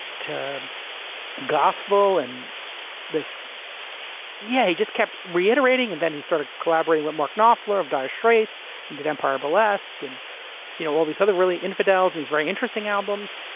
to gospel. and yeah he just kept reiterating and then he started collaborating with mark knopfler of dire straits and did empire burlesque and you know all these other really infidels, these very interesting albums.